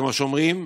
כמו שאומרים,